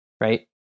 right